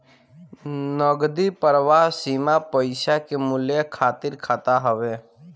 नगदी प्रवाह सीमा पईसा के मूल्य खातिर खाता हवे